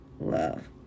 love